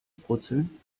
brutzeln